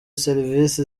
serivise